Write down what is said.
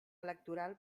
electoral